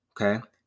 Okay